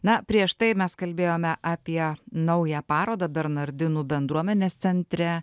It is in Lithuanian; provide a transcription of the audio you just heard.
na prieš tai mes kalbėjome apie naują parodą bernardinų bendruomenės centre